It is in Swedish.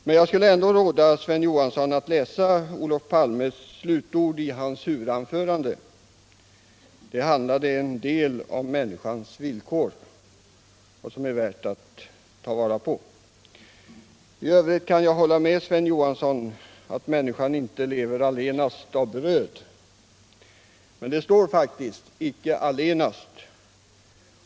Men jag vill råda Sven Johansson att läsa slutorden i Olof Palmes huvudanförande i går, som bl.a. handlade om människans villkor och vad som är värt att ta vara på. I övrigt kan jag hålla med Sven Johansson om att människan inte lever allenast av bröd. I Bibeln står det faktiskt ”icke allenast”.